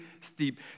steep